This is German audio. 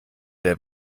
der